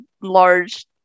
large